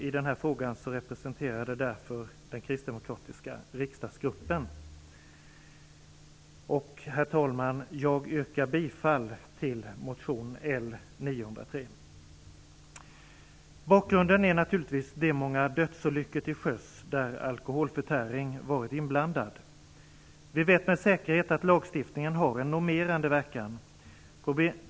Den här frågan diskuterades därför i den kristdemokratiska riksdagsgruppen. Herr talman! Jag yrkar härmed bifall till motion Bakgrunden är naturligtvis de många dödsolyckor till sjöss där alkoholförtäring varit inblandad. Vi vet med säkerhet att lagstiftningen har en normerande verkan.